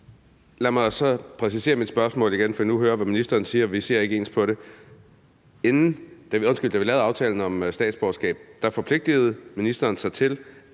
Lad mig så præcisere mit spørgsmål igen, for jeg hører, hvad ministeren siger, og vi ser ikke ens på det. Da vi lavede aftalen om statsborgerskab, forpligtede ministeren sig til